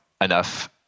enough